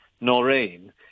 noreen